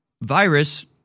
virus